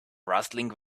rustling